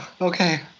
Okay